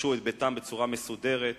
רכשו את ביתם בצורה מסודרת,